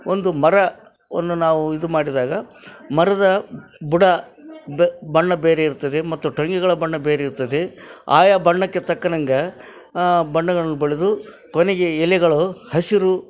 ಒಂದು ಮರವನ್ನು ನಾವು ಇದು ಮಾಡಿದಾಗ ಮರದ ಬುಡ ಬ್ ಬಣ್ಣ ಬೇರೆ ಇರ್ತದೆ ಮತ್ತು ಟೊಂಗೆಗಳ ಬಣ್ಣ ಬೇರೆ ಇರ್ತದೆ ಆಯಾ ಬಣ್ಣಕ್ಕೆ ತಕ್ಕನಂಗೆ ಬಣ್ಣಗಳನ್ನು ಬಳಿದು ಕೊನೆಗೆ ಎಲೆಗಳು ಹಸಿರು